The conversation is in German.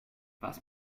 was